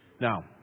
Now